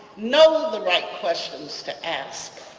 know the right questions to ask.